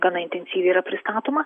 gana intensyviai yra pristatoma